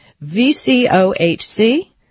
V-C-O-H-C